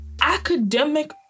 academic